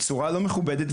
צורה לא מכובדת.